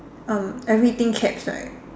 uh everything caps right